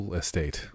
estate